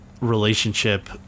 relationship